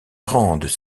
rendent